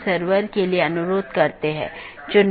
इसलिए हर कोई दुसरे को जानता है या हर कोई दूसरों से जुड़ा हुआ है